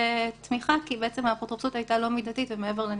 לתמיכה כי בעצם האפוטרופסות היתה לא מידתית ומעבר לנדרש.